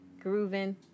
grooving